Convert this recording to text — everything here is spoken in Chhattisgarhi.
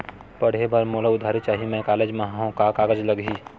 पढ़े बर मोला उधारी चाही मैं कॉलेज मा हव, का कागज लगही?